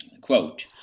quote